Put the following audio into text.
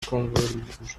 convulsions